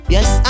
Yes